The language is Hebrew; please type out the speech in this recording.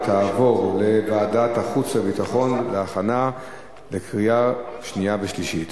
ותעבור לוועדת החוץ והביטחון להכנה לקריאה שנייה ושלישית.